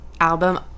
album